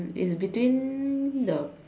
it's between the